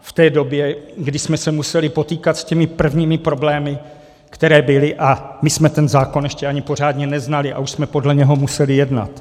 V té době, kdy jsme se museli potýkat s těmi prvními problémy, které byly, a my jsme ten zákon ještě ani pořádně neznali, a už jsme podle něj museli jednat.